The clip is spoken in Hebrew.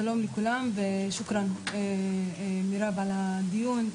שלום לכולם, תודה מירב על הדיון,